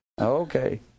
okay